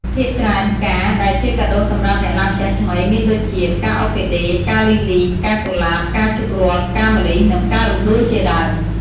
ភាគច្រើនផ្កាដែលជាកាដូសម្រាប់អ្នកឡើងផ្ទះថ្មី មានដូចជា ផ្កាអ័រគីដេ ផ្កាលីលី ផ្កាកុលាប ផ្កាឈូករ័ត្ន ផ្កាម្លិះ និងផ្ការំដួលជាដើម។